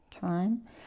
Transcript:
time